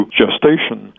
gestation